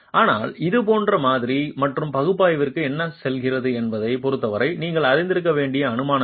ஆனால் இதுபோன்ற மாதிரி மற்றும் பகுப்பாய்விற்கு என்ன செல்கிறது என்பதைப் பொறுத்தவரை நீங்கள் அறிந்திருக்க வேண்டிய அனுமானங்களுடன்